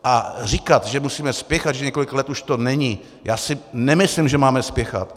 A říkat, že musíme spěchat, že několik let už to není já si nemyslím, že máme spěchat.